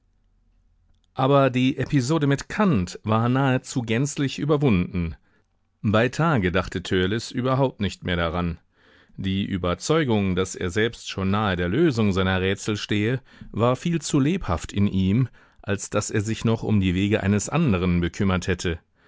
aber die episode mit kant war nahezu gänzlich überwunden bei tage dachte törleß überhaupt nicht mehr daran die überzeugung daß er selbst schon nahe der lösung seiner rätsel stehe war viel zu lebhaft in ihm als daß er sich noch um die wege eines anderen bekümmert hätte